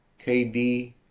KD